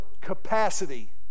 capacity